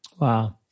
Wow